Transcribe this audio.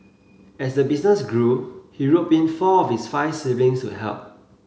as the business grew he roped in four of his five siblings to help